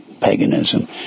paganism